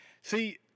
see